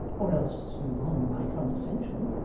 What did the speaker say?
or else you wrong my condescension